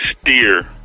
steer